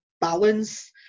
balance